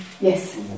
Yes